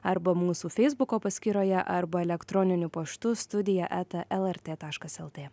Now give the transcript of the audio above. arba mūsų feisbuko paskyroje arba elektroniniu paštu studija eta lrt taškas lt